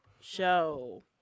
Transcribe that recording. show